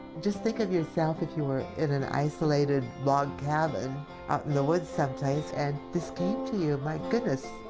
just think of yourself if you were in an isolated log cabin up in the woods someplace, and this came to you. my goodness,